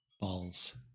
Balls